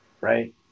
right